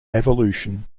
evolution